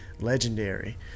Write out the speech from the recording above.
legendary